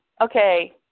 okay